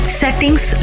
settings